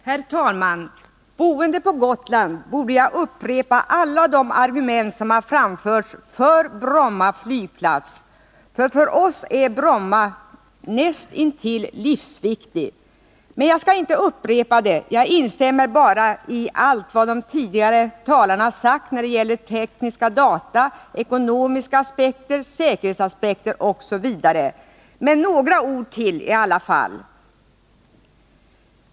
Herr talman! Som boende på Gotland borde jag upprepa alla argument som har framförts för Bromma flygplats. För oss är Bromma näst intill livsviktig. Men jag skall inte upprepa dem; jag instämmer bara i allt vad tidigare talare som talat för flygets kvarstannande på Bromma har sagt när det gäller tekniska data, ekonomiska aspekter, säkerhetsaspekter osv. Men några ord till i alla fall!